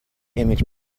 image